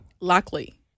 Lockley